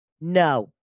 No